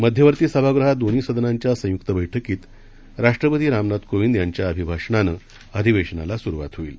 मध्यवर्ती सभागृहात दोन्ही सदनांच्या संयुक्त बैठकीत राष्ट्रपती रामनाथ कोविंद यांच्या अभिभाषणानं अधिवेशनाला सुरुवात होईल